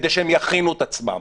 כדי שהם יכינו את עצמם.